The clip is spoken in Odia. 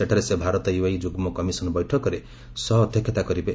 ସେଠାରେ ସେ ଭାରତ ୟୁଏଇ ଯୁଗ୍ମ କମିଶନ୍ ବୈଠକରେ ସହ ଅଧ୍ୟକ୍ଷତା କରିବେ